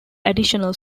additional